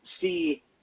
see